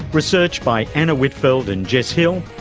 research by anna whitfeld and jess hill,